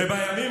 בימים